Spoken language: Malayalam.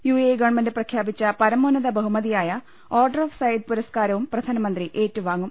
യുഎഇ ഗവൺമെന്റ് പ്രഖ്യാപിച്ച പരമോന്നത ബഹുമതിയായ ഓർഡർ ഓഫ് സയെദ് പുരസ്കാരവും പ്രധാനമന്ത്രി ഏറ്റുവാങ്ങും